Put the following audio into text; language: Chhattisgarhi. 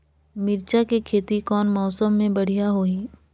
मिरचा के खेती कौन मौसम मे बढ़िया होही?